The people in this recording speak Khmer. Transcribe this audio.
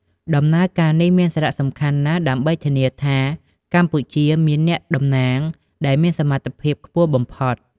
ដំណើរការនេះមានសារៈសំខាន់ណាស់ដើម្បីធានាថា កម្ពុជាមានអ្នកតំណាងដែលមានសមត្ថភាពខ្ពស់បំផុត។